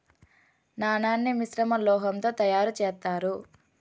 నాణాన్ని మిశ్రమ లోహం తో తయారు చేత్తారు